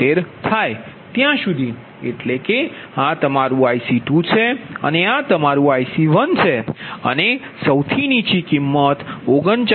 76 થાયત્યા સુધી એટલે કે આ તમારું IC2છે અને આ તમારું IC1છે અને સૌથી નીચી કિંમત 39